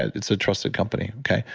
it's a trusted company. okay.